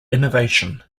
innovation